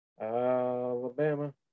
Alabama